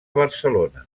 barcelona